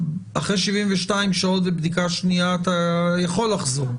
אחרי 72 שעות בבדיקה שנייה אתה יכול לחזור.